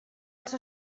els